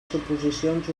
suposicions